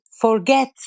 forget